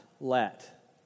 let